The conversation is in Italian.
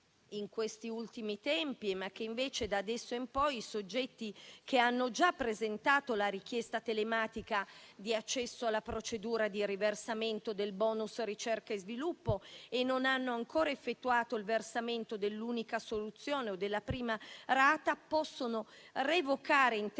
in questi ultimi tempi; invece, da adesso in poi, i soggetti che hanno già presentato la richiesta telematica di accesso alla procedura di riversamento del bonus ricerca e sviluppo e non hanno ancora effettuato il versamento dell'unica soluzione o della prima rata possono revocare